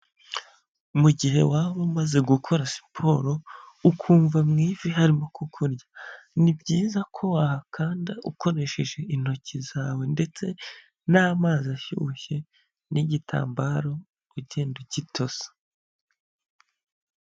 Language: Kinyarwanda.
Mu gihe waba umaze gukora siporo ukumva mu ivi harimo kukurya ni byiza ko wahakanda ukoresheje intoki zawe ndetse n'amazi ashyushye n'igitambaro ugenda ugitose.